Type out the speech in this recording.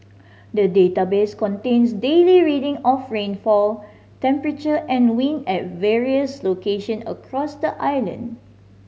the database contains daily reading of rainfall temperature and wind at various location across the island